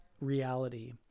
reality